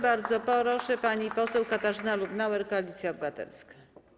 Bardzo proszę, pani poseł Katarzyna Lubnauer, Koalicja Obywatelska.